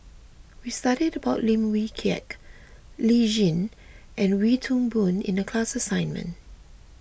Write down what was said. we studied about Lim Wee Kiak Lee Tjin and Wee Toon Boon in the class assignment